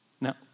Now